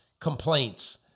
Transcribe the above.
complaints